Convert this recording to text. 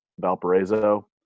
Valparaiso